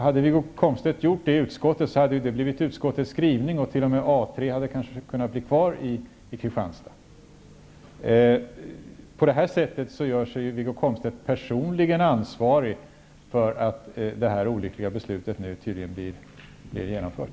Hade Wiggo Komstedt gjort det i utskottet, hade detta blivit utskottets skrivning, och A 3 hade kanske t.o.m. kunnat bli kvar i Kristianstad. På detta sätt gör sig Wiggo Komstedt personligen ansvarig för att detta olyckliga beslut nu tydlligen blir genomfört.